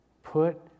Put